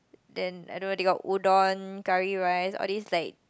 then I don't know they got udon curry rice all this like